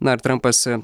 na ir trampas